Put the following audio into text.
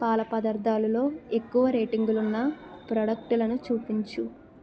పాల పదార్థాలులో ఎక్కువ రేటింగులున్న ప్రాడక్టులను చూపించు